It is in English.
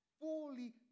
fully